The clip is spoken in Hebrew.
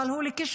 אבל הוא לכישלון,